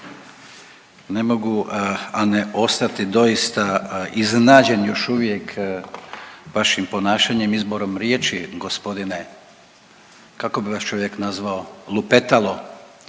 Ne mogu, a ne ostati doista iznenađen još uvijek vašim ponašanjem, izborom riječi gospodine kako bi vaš čovjek nazvao, lupetalo.